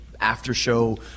after-show